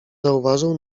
zauważył